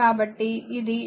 కాబట్టి ఇది 200 2